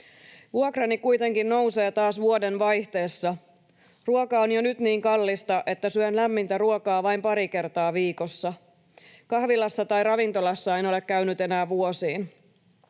Vuokrani kuitenkin nousee taas vuodenvaihteessa, ruoka on jo nyt niin kallista, että syön lämmintä ruokaa vain pari kertaa viikossa. Kahvilassa tai ravintolassa en ole käynyt enää vuosiin.